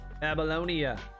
Babylonia